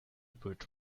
bridge